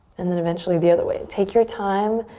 and then eventually the other way. take your time.